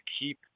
keep